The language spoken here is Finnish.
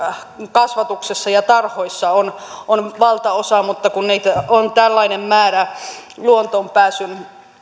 kasvatuksessa ja tarhoissa on on valtaosa mutta kun niitä on tällainen määrä luontoon pääsyn